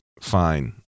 fine